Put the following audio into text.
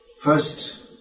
first